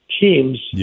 team's